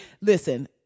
Listen